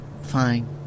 Fine